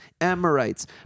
Amorites